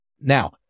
Now